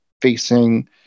facing